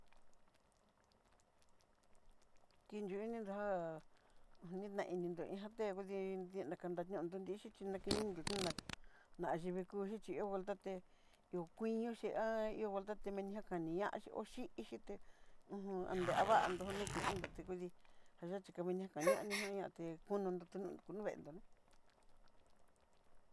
Kinyú ininró já onatan'ininró in já té kudín nakanan nrío, nrurixí xhi nakinindó tu ná nakeniondó nakevikuxín chí ihó voltaté, ihó kuiiñoche ó voltaté menia jané ña xhi oxhin'in yuté, ho onreavandó nokendó tikudí, ñayaxhí kaminiaka nianí ján niaté kunundó tú nuveendó né.